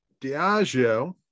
Diageo